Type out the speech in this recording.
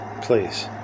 please